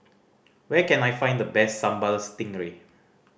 where can I find the best Sambal Stingray